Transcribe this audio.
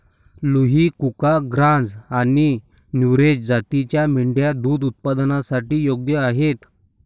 लुही, कुका, ग्राझ आणि नुरेझ जातींच्या मेंढ्या दूध उत्पादनासाठी योग्य आहेत